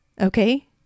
Okay